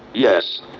yes.